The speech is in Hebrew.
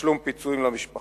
תשלום פיצויים למשפחות